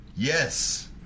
Yes